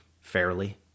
fairly